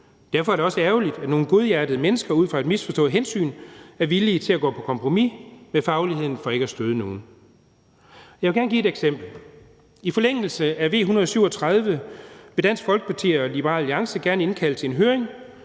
Derfor er det også ærgerligt, at nogle godhjertede mennesker ud fra et misforstået hensyn er villige til at gå på kompromis med fagligheden for ikke at støde nogen. Jeg vil gerne give et eksempel: I forlængelse af V 137 vil Dansk Folkeparti og Liberal Alliance gerne indkalde til en høring